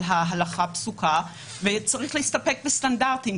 ההלכה הפסוקה וצריך להסתפק בסטנדרטים,